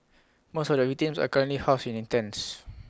most of the victims are currently housed in tents